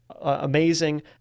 amazing